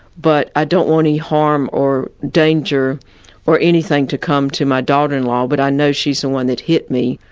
but i don't want any harm or danger or anything to come to my daughter-in-law, but i know she's the one that hit me.